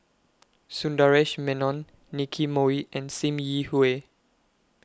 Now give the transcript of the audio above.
Sundaresh Menon Nicky Moey and SIM Yi Hui